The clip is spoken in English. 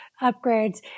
upgrades